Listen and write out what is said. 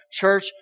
Church